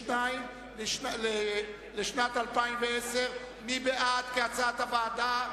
לשנת 2009 אושר כהצעת הוועדה.